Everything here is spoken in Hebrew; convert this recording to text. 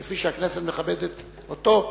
כפי שהכנסת מכבדת אותו,